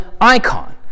icon